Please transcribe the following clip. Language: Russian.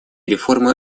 реформы